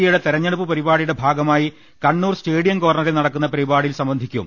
എയുടെ തെരഞ്ഞെടുപ്പ് പരിപാടിയുടെ ഭാഗമായി കണ്ണൂർ സ്റ്റേഡിയം കോർണറിൽ നടക്കുന്ന പരിപാടിയിൽ സംബന്ധിക്കും